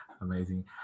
Amazing